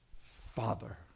Father